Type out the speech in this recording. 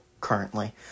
currently